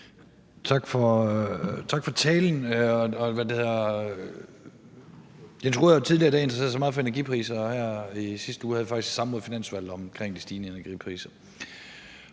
tak for talen. Jens Rohde har jo tidligere i dag interesseret sig meget for energipriser, og her i sidste uge havde vi faktisk et samråd i Finansudvalget om de stigende energipriser,